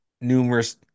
numerous